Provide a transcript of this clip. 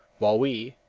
while we,